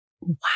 wow